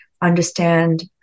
understand